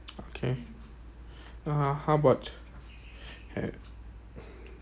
okay uh how about had